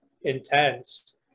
intense